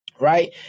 Right